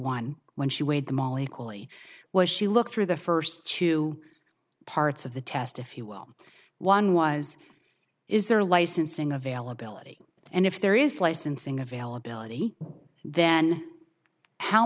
one when she weighed them all equally was she look through the first two parts of the test if you will one was is there licensing availability and if there is licensing availability then how